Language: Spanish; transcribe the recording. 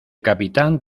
capitán